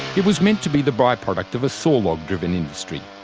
it was meant to be the by-product of a sawlog driven industry.